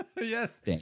Yes